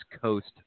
Coast